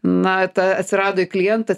na ta atsirado į klientą